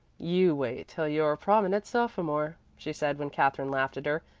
you wait till you're a prominent sophomore, she said when katherine laughed at her,